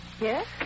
yes